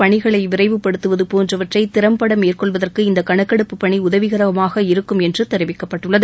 பணிகளை விரைவுபடுத்துவது போன்றவற்றை திறம்பட மேற்கொள்வதற்கு இந்த கணக்கெடுப்புப்பணி உதவிகரமாக இருக்கும் என்று தெரிவிக்கப்பட்டுள்ளது